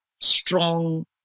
strong